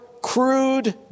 crude